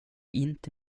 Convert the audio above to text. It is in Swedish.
inte